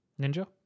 Ninja